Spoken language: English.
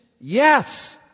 yes